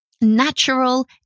natural